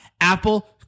Apple